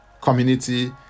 community